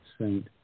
saint